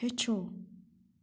ہیٚچھِو